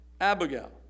Abigail